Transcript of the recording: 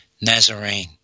Nazarene